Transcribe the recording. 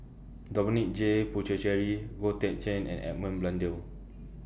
Dominic J Puthucheary Goh Teck Sian and Edmund Blundell